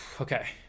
Okay